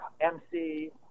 MC